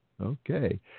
Okay